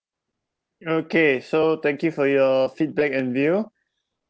okay so thank you for your feedback and view